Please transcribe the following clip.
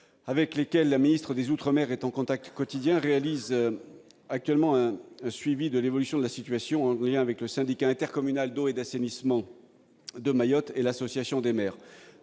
avec lesquels la ministre des outre-mer est en contact quotidien, réalisent actuellement un suivi de l'évolution de la situation, en lien avec le syndicat intercommunal d'eau et d'assainissement de Mayotte et avec l'association des maires.